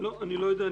אני לא יודע.